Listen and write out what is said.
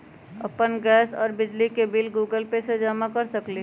अपन गैस और बिजली के बिल गूगल पे से जमा कर सकलीहल?